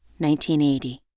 1980